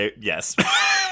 Yes